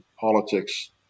politics